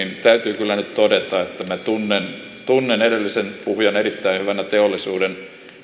täytyy nyt kyllä todeta että minä tunnen tunnen edellisen puhujan erittäin hyvänä teollisuuden